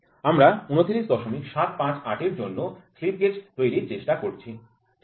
আমরা ২৯৭৫৮ এর জন্য স্লিপগেজ তৈরির চেষ্টা করছি ঠিক আছে